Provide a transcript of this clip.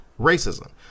racism